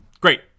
Great